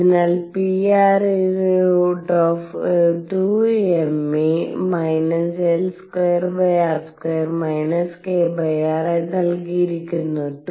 അതിനാൽ pr 2mE L2r2 kr ആയി നൽകിയിരിക്കുന്നു